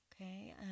okay